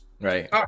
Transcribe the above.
Right